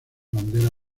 bandera